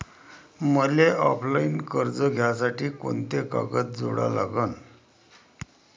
मले ऑफलाईन कर्ज घ्यासाठी कोंते कागद जोडा लागन?